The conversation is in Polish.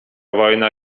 wojna